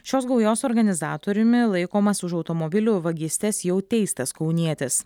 šios gaujos organizatoriumi laikomas už automobilių vagystes jau teistas kaunietis